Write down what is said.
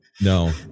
No